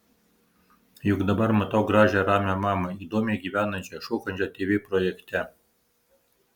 juk dabar matau gražią ramią mamą įdomiai gyvenančią šokančią tv projekte